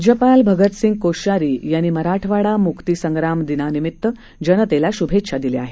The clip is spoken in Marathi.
राज्यपाल भगतसिंग कोश्यारी यांनी मराठवाडा मुक्ती संप्राम दिनानिमित्त जनतेला शुभेच्छा दिल्या आहेत